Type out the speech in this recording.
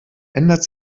ändert